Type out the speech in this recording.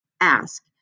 ask